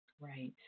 Right